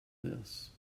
this